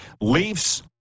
leafs